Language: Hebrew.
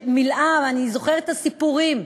שמילאה, אני זוכרת את הסיפורים,